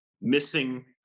missing